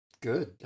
Good